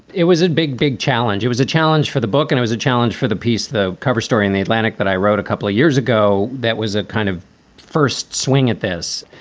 it was a big, big challenge. it was a challenge for the book and i was a challenge for the piece, the cover story in the atlantic that i wrote a couple of years ago. that was a kind of first swing at this,